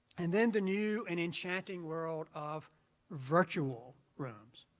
and then the new and enchanting world of virtual rooms.